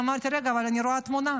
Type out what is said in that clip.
אמרתי: רגע, אבל אני רואה תמונה,